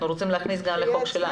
אנחנו רוצים להכניס את זה לחוק שלנו.